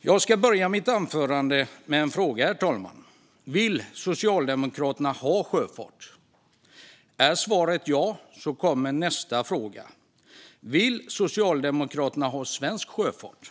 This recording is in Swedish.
Jag ska börja mitt anförande med en fråga, herr talman. Vill Socialdemokraterna ha sjöfart? Är svaret ja kommer nästa fråga: Vill Socialdemokraterna ha svensk sjöfart?